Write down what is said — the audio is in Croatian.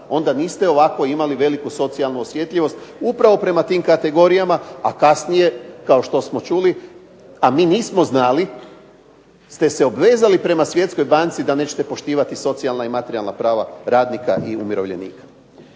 Onda niste imali ovako veliku socijalnu osjetljivost upravo prema tim kategorijama. A kasnije kao što smo čuli, a mi nismo znali ste se obvezali prema Svjetskoj banci da nećete poštivati socijalna i materijalna prava radnika i umirovljenika.